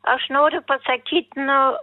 aš noriu pasakyt nu